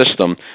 system